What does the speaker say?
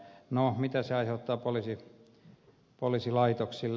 no mitä se aiheuttaa poliisilaitoksille